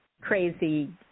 crazy